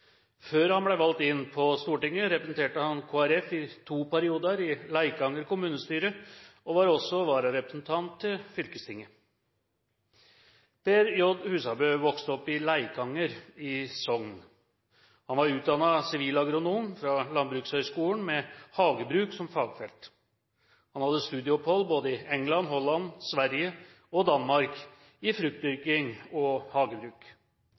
Før han ble valgt inn på Stortinget, representerte han Kristelig Folkeparti i to perioder i Leikanger kommunestyre og var også vararepresentant til fylkestinget. Per J. Husabø vokste opp i Leikanger i Sogn. Han var utdannet sivilagronom fra Landbrukshøgskolen med hagebruk som fagfelt. Han hadde studieopphold i både England, Holland, Sverige og Danmark i fruktdyrking og hagebruk.